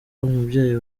umubyeyi